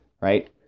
right